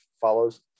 follows